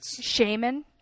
shaman